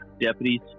deputies